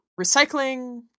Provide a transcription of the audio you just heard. recycling